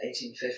1850